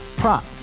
prop